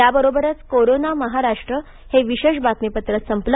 याबरोबरच कोरोना महाराष्ट्र हे विशेष बातमीपत्र संपलं